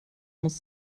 muss